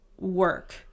work